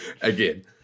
Again